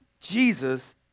Jesus